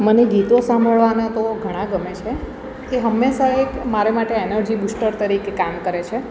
મને ગીતો સાંભળવાનાં તો ઘણાં ગમે છે કે હંમેશા એક મારે માટે એનર્જી બુસ્ટર તરીકે કામ કરે છે